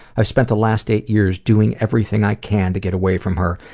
i spent the last eight years doing everything i can to get away from her,